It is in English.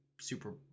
Super